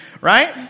right